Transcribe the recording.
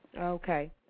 Okay